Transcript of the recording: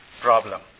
problem